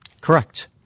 Correct